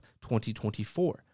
2024